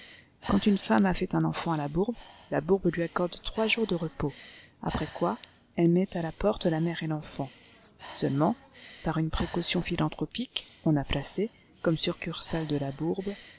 quand une femme a fait un enfant à la bourbe la bourbe lui accorde trois jours de repos après quoi elle met à la porte la mère et l'enfant seulement par une précaution philanthropique on a placé comme succursale de la bourbe